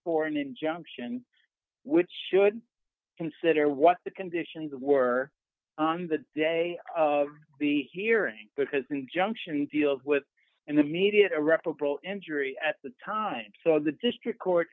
for an injunction which should consider what the conditions were on the day of the hearing because injunction deals with in the media irreparable injury at the time so the district court